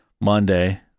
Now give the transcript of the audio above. Monday